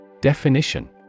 Definition